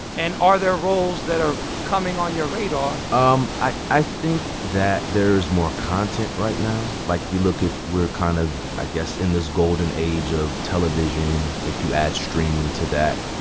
and are there roles that are coming on your radar? um i i think that there's more content right now. like, if you look at we're kind of, i guess, in this golden age of television if you add streaming to that.